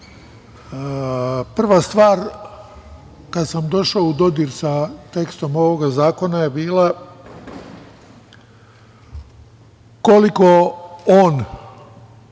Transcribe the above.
prva stvar kada sam došao u dodir sa tekstom ovog zakona je bila koliko on